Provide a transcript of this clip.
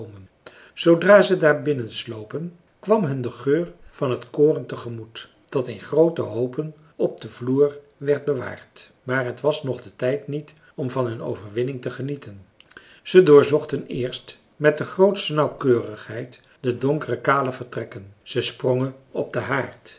zoodra ze daar binnenslopen kwam hun de geur van t koren tegemoet dat in groote hoopen op den vloer werd bewaard maar het was nog de tijd niet om van hun overwinning te genieten ze doorzochten eerst met de grootste nauwkeurigheid de donkere kale vertrekken ze sprongen op den haard